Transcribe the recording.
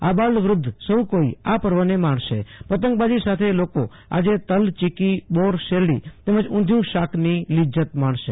આબાલવૃ ધ્ધ સૌ કોઈ આ પર્વને માણશે પતંગબાજી સાથે લોકો આજે તલચિક્કીબોરશેરડી તમેજ ઉંધીયુ શાકની લિજ્જત માણશે